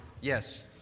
Yes